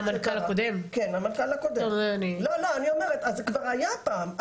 זה כבר היה פעם,